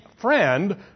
friend